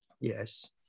Yes